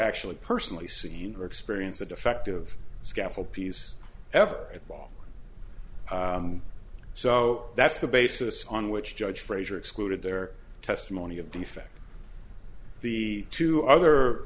actually personally seen or experienced a defective scaffold piece ever at all so that's the basis on which judge frazier excluded their testimony of defect the two other